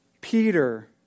Peter